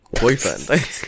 boyfriend